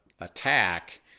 attack